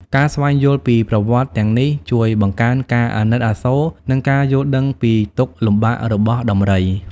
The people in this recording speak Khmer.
ការស្វែងយល់ពីប្រវត្តិទាំងនេះជួយបង្កើនការអាណិតអាសូរ និងការយល់ដឹងពីទុក្ខលំបាករបស់ដំរី។